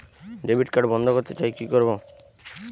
Debit card বন্ধ করতে চাই কি করব?